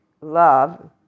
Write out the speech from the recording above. love